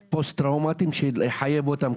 מלבד פוסט טראומטיים שצריך לחייב אותם,